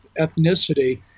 ethnicity